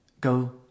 go